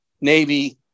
Navy